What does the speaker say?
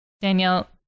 Danielle